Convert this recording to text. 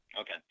okay